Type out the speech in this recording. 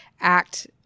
act